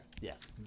yes